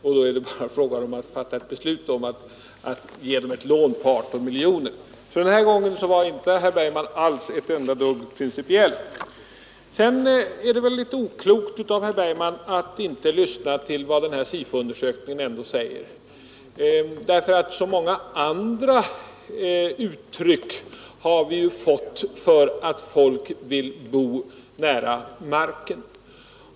Här gäller det bara att fatta beslut om att ge vederbörande ett lån på 18 miljoner kronor. Den här gången var sålunda herr Bergman inte alls principiell. Sedan är det väl också litet väl oklokt av herr Bergman att inte lyssna till vad SIFO-undersökningen säger, eftersom vi ju har fått så många andra uttryck för att människor vill bo nära marken.